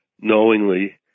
knowingly